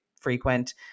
frequent